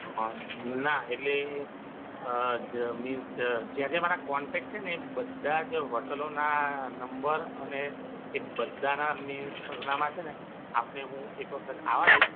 હા ના એટલે અહ જ મીન્સ જ્યાં જ્યાં મારા કોન્ટેકટ છે ને એ બધા જ હોટલોના નંબર અને એ બધાના મીન્સ સરનામાં છે ને આપને હું એક વખત આવવા દઇશ